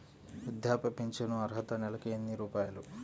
వృద్ధాప్య ఫింఛను అర్హత నెలకి ఎన్ని రూపాయలు?